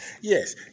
Yes